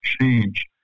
change